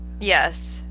Yes